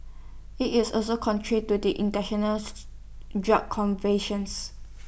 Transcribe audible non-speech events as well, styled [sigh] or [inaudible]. IT is also contrary to the International [unintelligible] drug conventions